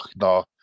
no